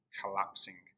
collapsing